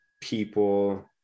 People